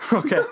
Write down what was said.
Okay